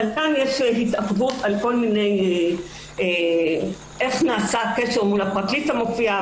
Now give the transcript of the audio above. כאן יש התעכבות על כל מיני עניינים: איך נעשה הקשר מול הפרקליט המופיע,